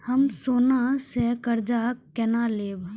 हम सोना से कर्जा केना लैब?